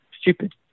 Stupid